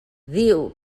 diu